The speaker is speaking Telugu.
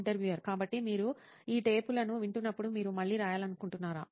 ఇంటర్వ్యూయర్ కాబట్టి మీరు ఈ టేపులను వింటున్నప్పుడు మీరు మళ్ళీ రాయాలనుకుంటారా